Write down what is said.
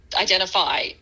identify